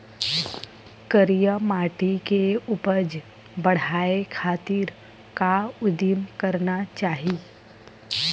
करिया माटी के उपज बढ़ाये खातिर का उदिम करना चाही?